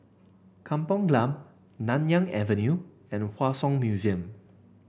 Kampong Glam Nanyang Avenue and Hua Song Museum